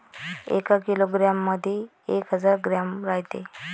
एका किलोग्रॅम मंधी एक हजार ग्रॅम रायते